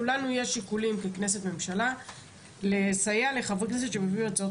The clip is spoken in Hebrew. לנו יש שיקולים ככנסת וכממשלה לסייע לחברי כנסת שמביאים הצעות